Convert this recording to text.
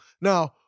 now